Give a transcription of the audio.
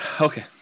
okay